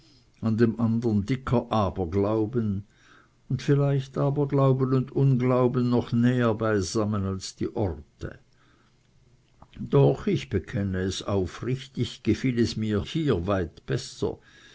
an dem andern dicker aberglauben und vielleicht aberglauben und unglauben noch näher beisammen als die orte doch ich bekenne es aufrichtig gefiel es mir hier weit besser